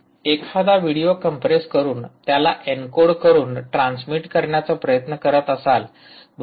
एखादा video compress करून त्याला ऐनकोड करून ट्रान्स्मिट करण्याचा प्रयत्न करत असाल बरोबर